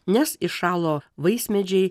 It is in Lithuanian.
nes iššalo vaismedžiai